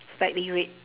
slightly red